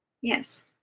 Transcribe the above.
Yes